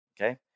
okay